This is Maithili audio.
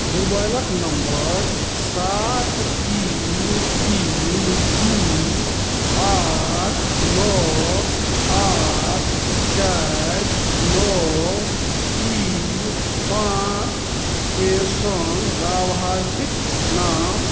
मोबाइलक नंबर सात तीन तीन दू आठ नओ आठ चारि नओ तीन पाँचके सङ्ग लाभार्थीके नाम